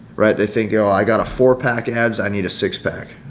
right? they think, oh, i got a four pack abs. i need a six pack.